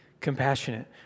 compassionate